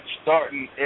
starting